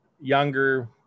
younger